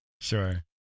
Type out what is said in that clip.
Sure